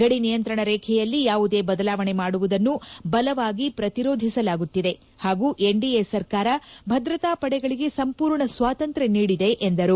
ಗಡಿ ನಿಯಂತ್ರಣ ರೇಖೆಯಲ್ಲಿ ಯಾವುದೇ ಬದಲಾವಣೆ ಮಾಡುವುದನ್ನು ಬಲವಾಗಿ ಪ್ರತಿರೋಧಿಸಲಾಗುತ್ತಿದೆ ಹಾಗೂ ಎನ್ಡಿಎ ಸರ್ಕಾರ ಭದ್ರತಾ ಪಡೆಗಳಿಗೆ ಸಂಪೂರ್ಣ ಸ್ವಾತಂತ್ರ್ ನೀಡಿದೆ ಎಂದರು